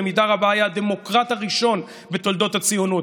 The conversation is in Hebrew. היה במידה רבה הדמוקרט הראשון בתולדות הציונות,